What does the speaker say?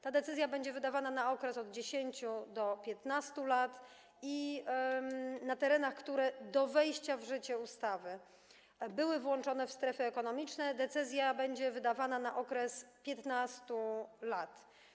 Ta decyzja będzie wydawana na okres od 10 do 15 lat, a na terenach, które do wejścia w życie ustawy były włączone w strefy ekonomiczne, decyzja będzie wydawana na okres 15 lat.